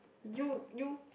you you